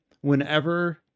Whenever